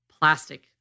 plastic